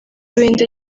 buhinde